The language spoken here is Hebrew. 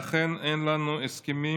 ואכן, אין לנו הסכמים.